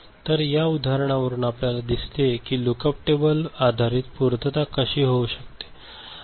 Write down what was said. तर या उदाहरणावरून आपल्या दिसते की लुक उप टेबल आधारित पूर्तता कशी होऊ शकते